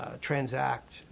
transact